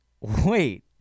wait